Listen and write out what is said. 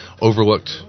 Overlooked